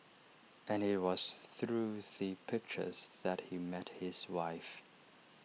and IT was through the pictures that he met his wife